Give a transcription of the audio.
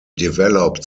developed